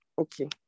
Okay